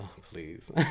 please